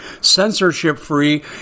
censorship-free